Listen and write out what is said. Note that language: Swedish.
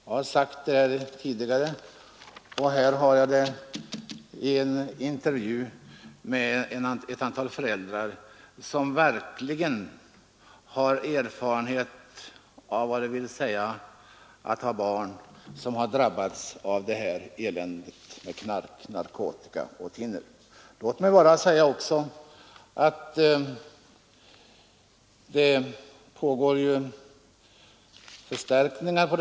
Jag har sagt det här tidigare, och här sägs det i en intervju med ett antal föräldrar som verkligen har erfarenhet om vad det vill säga att ha barn som har drabbats av eländet med narkotika och thinner. Missbruket håller också på att bli svårare.